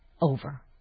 over